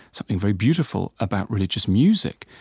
something very beautiful about religious music.